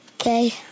Okay